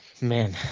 Man